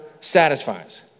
satisfies